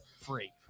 Free